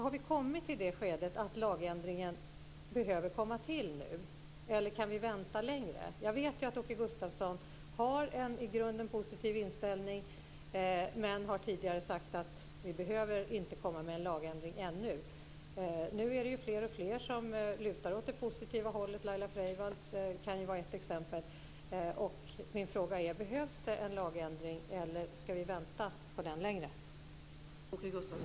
Har vi kommit till det skedet att lagändringen behöver komma till nu, eller kan vi vänta längre? Jag vet att Åke Gustavsson har en i grunden positiv inställning, men han har tidigare sagt att vi inte behöver komma med en lagändring ännu. Nu är det fler och fler som lutar åt det positiva hållet - Laila Freivalds kan vara ett exempel. Min fråga är: Behövs det en lagändring, eller ska vi vänta längre på en sådan?